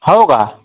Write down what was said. हो का